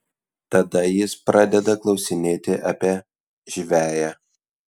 tada jis pradeda klausinėti apie žveję